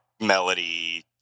melody